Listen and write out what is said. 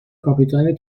کاپیتان